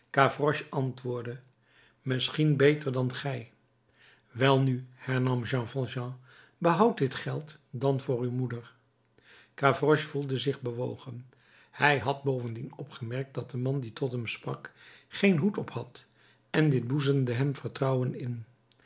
antwoordde misschien beter dan gij welnu hernam jean valjean behoud dit geld dan voor uw moeder gavroche voelde zich bewogen hij had bovendien opgemerkt dat de man die tot hem sprak geen hoed op had en dit boezemde hem vertrouwen in